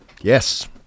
Yes